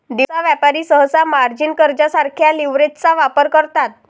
दिवसा व्यापारी सहसा मार्जिन कर्जासारख्या लीव्हरेजचा वापर करतात